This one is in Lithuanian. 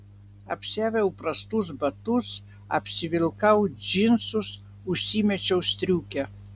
apsiaviau prastus batus apsivilkau džinsus užsimečiau striukę